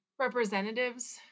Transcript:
representatives